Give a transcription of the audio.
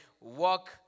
walk